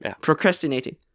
Procrastinating